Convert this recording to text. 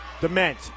Dement